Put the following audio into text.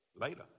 later